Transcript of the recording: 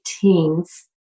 teens